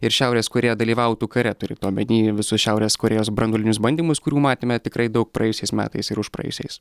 ir šiaurės korėja dalyvautų kare turint omeny visus šiaurės korėjos branduolinius bandymus kurių matėme tikrai daug praėjusiais metais ir už praėjusiais